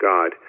God